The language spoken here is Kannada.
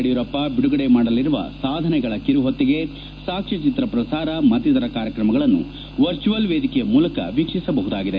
ಯಡಿಯೂರಪ್ಪ ಬಿದುಗಡೆ ಮಾಡಲಿರುವ ಸಾಧನೆಗಳ ಕಿರುಹೊತ್ತಿಗೆ ಸಾಕ್ಷ್ನ ಚಿತ್ರ ಪ್ರಸಾರ ಮತ್ತಿತರ ಕಾರ್ಯಕ್ರಮಗಳನ್ನು ವರ್ಚುವಲ್ ವೇದಿಕೆಯ ಮೂಲಕ ವೀಕ್ಷಿಸಬಹುದಾಗಿದೆ